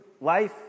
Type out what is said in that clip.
life